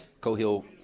Cohill